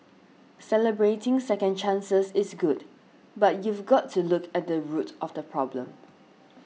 celebrating second chances is good but you've got to look at the root of the problem